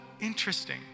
interesting